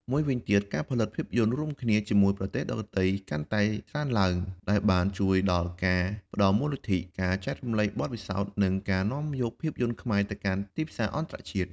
មួយវិញទៀត មានការផលិតភាពយន្តរួមគ្នាជាមួយប្រទេសដទៃកាន់តែច្រើនឡើង ដែលបានជួយដល់ការផ្តល់មូលនិធិ ការចែករំលែកបទពិសោធន៍ និងការនាំយកភាពយន្តខ្មែរទៅកាន់ទីផ្សារអន្តរជាតិ។